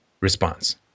response